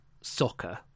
Soccer